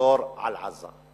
המצור על עזה.